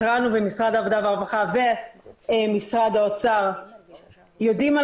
התרענו ומשרד העבודה והרווחה ומשרד האוצר יודעים על